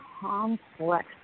complex